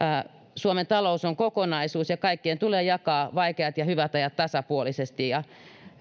suomen talous on kokonaisuus ja kaikkien tulee jakaa vaikeat ja hyvät ajat tasapuolisesti